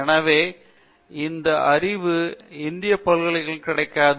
எனவே இந்த அறிவு இந்திய பல்கலைக்கழகங்களில் கிடைக்காது